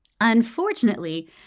Unfortunately